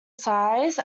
size